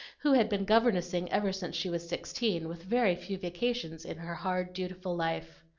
who had been governessing ever since she was sixteen, with very few vacations in her hard, dutiful life.